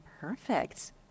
perfect